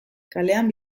kalean